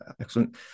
excellent